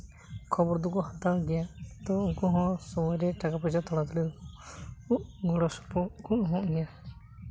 ᱠᱷᱚᱵᱚᱨ ᱫᱚᱠᱚ ᱦᱟᱛᱟᱣ ᱜᱮᱭᱟ ᱛᱳ ᱩᱱᱠᱩ ᱦᱚᱸ ᱥᱚᱢᱚᱭ ᱨᱮ ᱴᱟᱠᱟ ᱯᱚᱭᱥᱟ ᱛᱷᱚᱲᱟ ᱛᱷᱚᱲᱤ ᱜᱚᱲᱚ ᱥᱚᱯᱲᱚᱲ ᱠᱚ ᱮᱢᱚᱜ ᱜᱮᱭᱟ